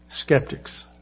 skeptics